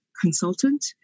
consultant